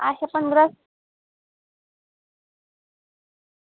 अच्छा पंदरां सौ